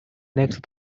next